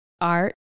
art